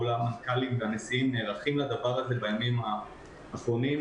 כל המנכ"לים והנשיאים נערכים לדבר הזה בימים האחרונים,